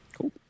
Cool